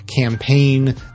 campaign